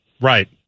Right